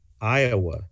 Iowa